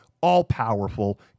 all-powerful